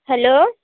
hello